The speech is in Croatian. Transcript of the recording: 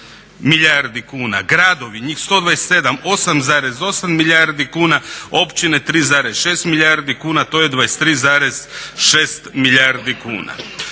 gradovi njih 127 8,8 milijardi kuna, općine 3,6 milijardi kuna, to je 23,6 milijardi kuna.